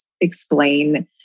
explain